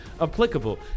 applicable